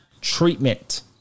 treatment